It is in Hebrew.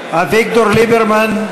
ליברמן,